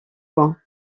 loin